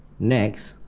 next,